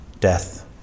Death